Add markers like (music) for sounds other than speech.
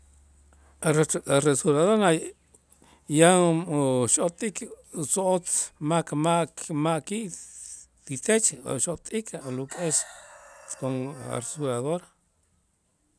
A' rasu rasuradora yan (hesitation) xot'ik utzo'otz mak ma'-ma'ki' (noise) ti tech o xot'ik aluk'es con rasuradora.